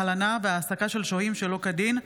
הלנה והעסקה של שוהים שלא כדין),